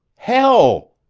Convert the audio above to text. hell!